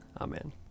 Amen